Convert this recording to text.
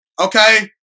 Okay